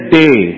day